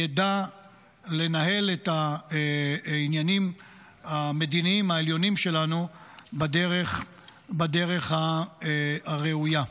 ידע לנהל את העניינים המדיניים העליונים שלנו בדרך הראויה.